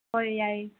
ꯍꯣꯏ ꯌꯥꯏꯌꯦ